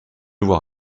vois